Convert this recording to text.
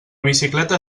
bicicleta